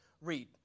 Read